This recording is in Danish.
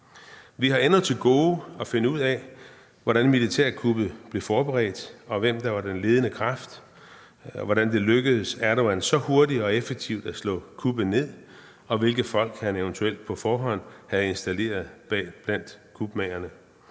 Vi har endnu til gode at finde ud af, hvordan militærkuppet blev forberedt, hvem der var den ledende kraft, og hvordan det lykkedes Erdogan så hurtigt og effektivt at slå kuppet ned, og hvilke folk han eventuelt på forhånd havde installeret blandt kupmagerne.